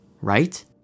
right